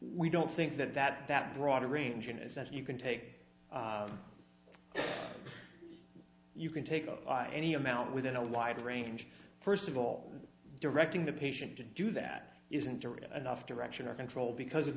we don't think that that that broad ranging is that you can take you can take any amount within a live range first of all directing the patient didn't do that isn't enough direction or control because of